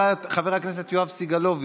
מוותר, חבר הכנסת יואב סגלוביץ'